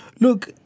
Look